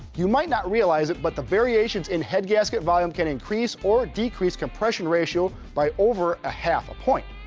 you might not realize it but the variations in head gasket volume can increase or decrease compression ratio by over a half a point.